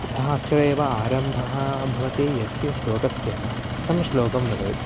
सः अक्षरम् एव आरम्भं भवति यस्य श्लोकस्य तं श्लोकं वदेत्